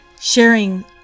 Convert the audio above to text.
sharing